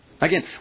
Again